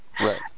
Right